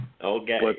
Okay